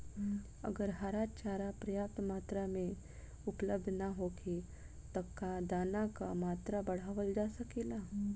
अगर हरा चारा पर्याप्त मात्रा में उपलब्ध ना होखे त का दाना क मात्रा बढ़ावल जा सकेला?